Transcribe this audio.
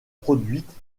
produite